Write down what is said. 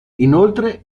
inoltre